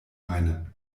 meine